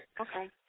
Okay